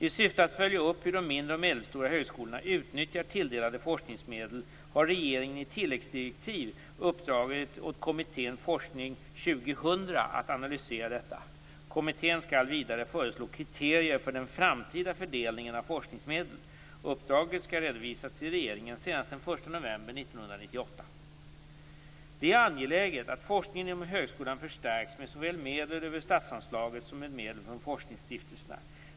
I syfte att följa upp hur de mindre och medelstora högskolorna utnyttjar tilldelade forskningsmedel har regeringen i tilläggsdirektiv uppdragit åt kommittén Forskning 2000 att analysera detta. Kommittén skall vidare föreslå kriterier för den framtida fördelningen av forskningsmedel. Uppdraget skall redovisas till regeringen senast den 1 november 1998. Det är angeläget att forskningen inom högskolan förstärks med såväl medel över statsanslaget som med medel från forskningsstiftelserna.